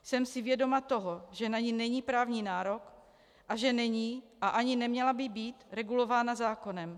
Jsem si vědoma toho, že na ni není právní nárok a že není a ani neměla by být regulována zákonem.